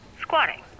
Squatting